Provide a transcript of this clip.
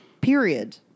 Period